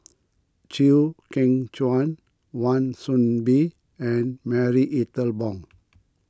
Chew Kheng Chuan Wan Soon Bee and Marie Ethel Bong